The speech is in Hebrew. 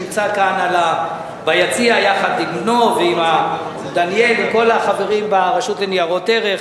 שנמצא כאן ביציע יחד עם בנו דניאל וכל החברים ברשות לניירות ערך.